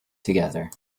together